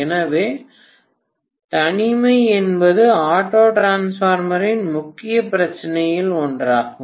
எனவே தனிமை என்பது ஆட்டோ டிரான்ஸ்பார்மரின் முக்கிய பிரச்சினையில் ஒன்றாகும்